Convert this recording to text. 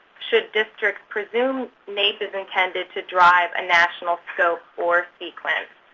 should districts presume naep is intended to drive a national scope or sequence?